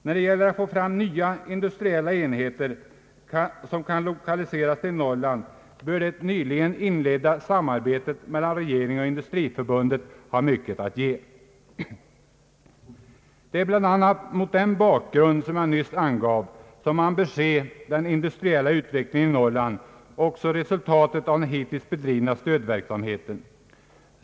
När det gäller att få fram nya industriella enheter som kan Ilokaliseras till Norrland bör det nyligen inledda samarbetet mellan regeringen och Sveriges industriförbund ha mycket att ge. Det är bland annat mot den bakgrund jag nyss angav som man bör se den industriella utvecklingen i Norrland och också resultatet av den hittills bedrivna stödverksamheten.